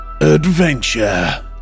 Adventure